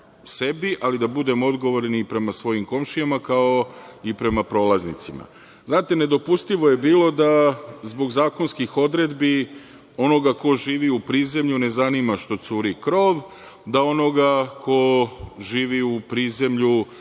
ali da budemo odgovorni i prema svojim komšijama kao i prema prolaznicima. Znate, nedopustivo je bilo da zbog zakonskih odredbi onoga ko živi u prizemlju ne zanima što curi krov. Da onoga ko živi u prizemlju